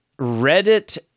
Reddit